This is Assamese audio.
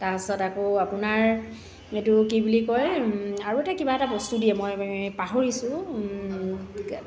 তাৰপিছত আকৌ আপোনাৰ এইটো কি বুলি কয় আৰু এটা কিবা এটা বস্তু দিয়ে মই পাহৰিছো